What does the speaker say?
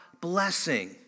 blessing